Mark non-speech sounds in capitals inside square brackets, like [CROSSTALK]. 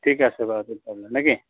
ঠিক আছে বাৰু [UNINTELLIGIBLE] নে কি